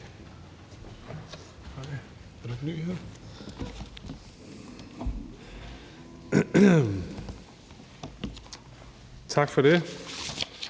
Tak for det,